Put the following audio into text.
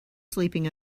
sleeping